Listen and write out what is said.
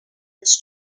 its